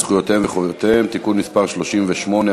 זכויותיהם וחובותיהם (תיקון מס' 38),